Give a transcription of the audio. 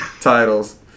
titles